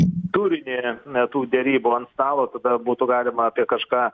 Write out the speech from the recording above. turinį tų derybų ant stalo tada būtų galima apie kažką